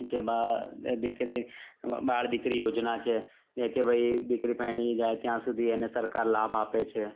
કે બા દીકરી બાળ દીકરી યોજના છે કે ભાઈ દીકરી પરણી જાય ત્યાં સુધી એને સરકાર લાભ આપે છે